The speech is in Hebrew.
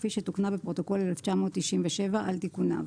כפי שתוקנה בפרוטוקול 1997 על תיקוניו.